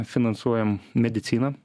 finansuojam mediciną